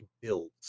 builds